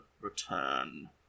return